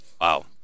Wow